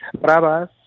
bravas